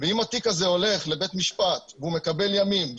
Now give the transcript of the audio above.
ואם התיק הזה הולך לבית משפט והוא מקבל ימים,